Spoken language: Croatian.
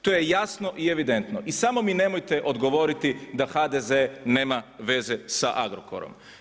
To je jasno i evidentno i samo mi nemojte odgovoriti da HDZ nema veze sa Agrokorom.